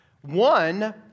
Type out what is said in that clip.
One